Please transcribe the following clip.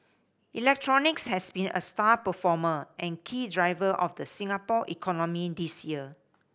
electronics has been a star performer and key driver of the Singapore economy this year